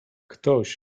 ktoś